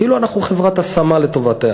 כאילו אנחנו חברת השמה לטובת העניין.